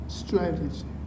strategy